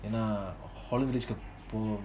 நான்:naan holland village போ:poo